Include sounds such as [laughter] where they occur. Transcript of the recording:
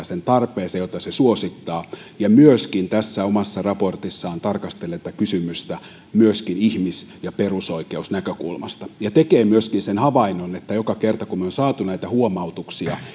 [unintelligible] sen tarpeesta jota se suosittaa se tässä omassa raportissaan tarkastelee tätä kysymystä myöskin ihmis ja perusoikeusnäkökulmasta ja tekee myöskin sen havainnon että joka kerta kun me olemme saaneet näitä huomautuksia